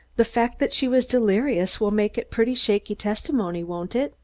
the fact that she was delirious will make it pretty shaky testimony, won't it?